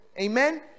Amen